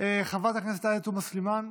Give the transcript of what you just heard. חברת הכנסת עאידה תומא סלימאן,